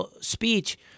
speech